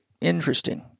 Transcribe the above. interesting